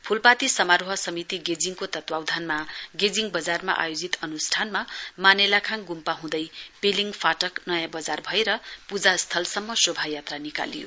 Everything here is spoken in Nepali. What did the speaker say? फ्लपाती समारोह समिति गेजिङको तत्वाधानमा गेजिङ वजारमा आयोजित अनुस्ठानमा मानेलाखाङ गुम्पा हूँदै पेलिङ फाटक नयाँ वजार भएर पूजा स्थलसम्म शोभायात्रा निकालियो